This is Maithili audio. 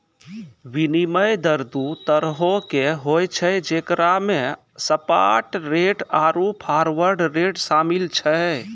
विनिमय दर दु तरहो के होय छै जेकरा मे स्पाट रेट आरु फारवर्ड रेट शामिल छै